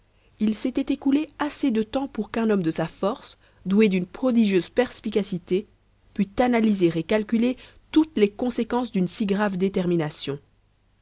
il s'était écoulé assez de temps pour qu'un homme de sa force doué d'une prodigieuse perspicacité pût analyser et calculer toutes les conséquences d'une si grave détermination